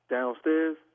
Downstairs